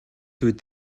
бид